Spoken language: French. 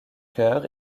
chœur